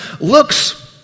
looks